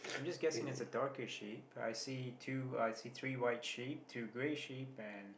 I'm just guessing it's a darker sheep but I see two I see three white sheep two grey sheep and